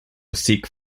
sikh